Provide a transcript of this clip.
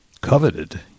Coveted